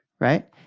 Right